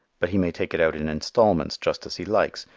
but he may take it out in installments just as he likes,